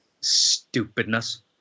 stupidness